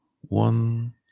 One